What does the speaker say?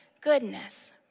goodness